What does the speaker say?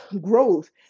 growth